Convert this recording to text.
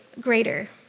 greater